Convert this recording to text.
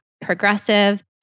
progressive